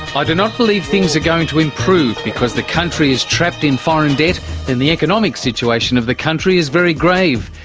ah not believe things are going to improve, because the country is trapped in foreign debt and the economic situation of the country is very grave.